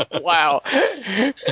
Wow